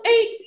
eight